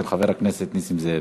של חבר הכנסת נסים זאב,